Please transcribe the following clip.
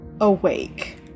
awake